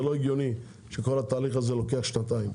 זה לא הגיוני שכל התהליך לוקח שנתיים.